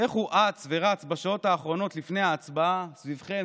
איך הוא אץ ורץ בשעות האחרונות לפני ההצבעה סביבכם,